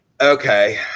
okay